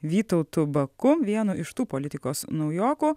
vytautu baku vienu iš tų politikos naujokų